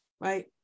right